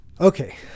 Okay